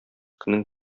көнең